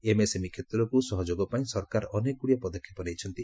MSME କ୍ଷେତ୍ରକୁ ସହଯୋଗ ପାଇଁ ସରକାର ଅନେକ ଗୁଡ଼ିଏ ପଦକ୍ଷେପ ନେଇଛନ୍ତି